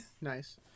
Nice